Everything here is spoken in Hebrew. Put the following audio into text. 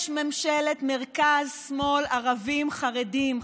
יש ממשלת מרכז, שמאל, ערבים וחרדים.